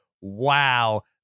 Wow